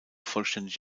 vollständig